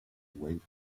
weight